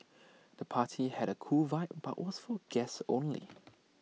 the party had A cool vibe but was for guests only